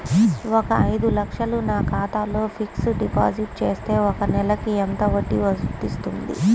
ఒక ఐదు లక్షలు నా ఖాతాలో ఫ్లెక్సీ డిపాజిట్ చేస్తే ఒక నెలకి ఎంత వడ్డీ వర్తిస్తుంది?